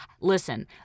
listen